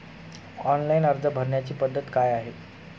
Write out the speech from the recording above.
Online अर्ज भरण्याची पद्धत काय आहे?